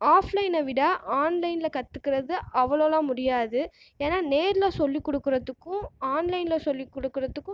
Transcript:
ஆஃப்லைனை விட ஆன்லைனில் கற்றுக்குறது அவ்வளோலாம் முடியாது என்னா நேரில் சொல்லிக் கொடுக்கிறதுக்கு ஆன்லைனில் சொல்லிக் கொடுக்கிறதுக்கும்